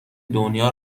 دنیا